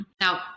Now